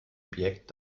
objekt